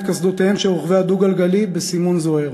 קסדותיהם של רוכבי הדו-גלגלי בסימון זוהר